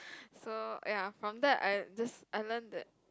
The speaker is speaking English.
so ya from that I this learnt that